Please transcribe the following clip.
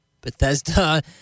Bethesda